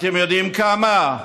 אתם יודעים כמה?